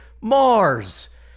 Mars